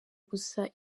gusa